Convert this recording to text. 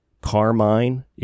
Carmine